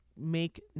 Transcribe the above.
make